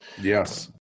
yes